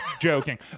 joking